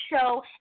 show